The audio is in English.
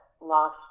lost